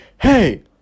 hey